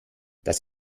das